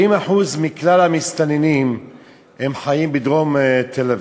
70% מכלל המסתננים חיים בדרום תל-אביב.